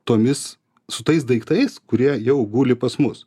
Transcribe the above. tomis su tais daiktais kurie jau guli pas mus